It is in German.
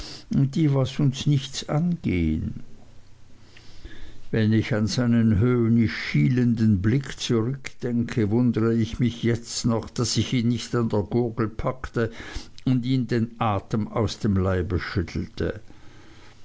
die was uns nichts angehen wenn ich an seinen höhnisch schielenden blick zurückdenke wundere ich mich jetzt noch daß ich ihn nicht an der gurgel packte und ihm den atem aus dem leibe schüttelte